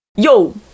Yo